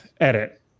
edit